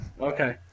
Okay